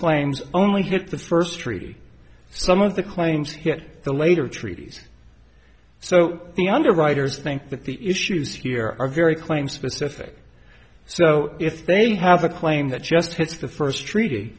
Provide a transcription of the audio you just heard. claims only hit the first treaty some of the claims hit the later treaties so the underwriters think that the issues here are very claim specific so if they have a claim that just hits the first treat